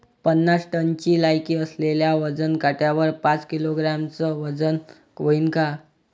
पन्नास टनची लायकी असलेल्या वजन काट्यावर पाच किलोग्रॅमचं वजन व्हईन का?